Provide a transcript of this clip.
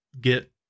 get